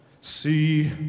see